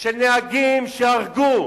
של נהגים שהרגו